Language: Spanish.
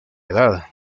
edad